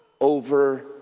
over